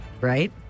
Right